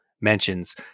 mentions